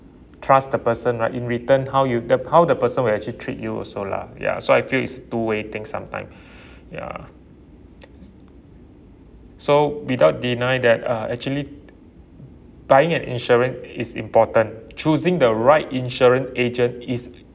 trust the person lah in return how you the how the person will actually treat you also lah ya so I feel is two way thing sometime ya so without deny that uh actually buying an insurance is important choosing the right insurance agent is